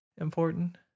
important